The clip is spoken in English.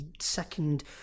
second